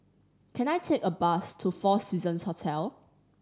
can I take a bus to Four Seasons Hotel